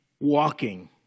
walking